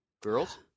Girls